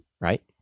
right